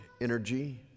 energy